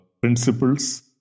principles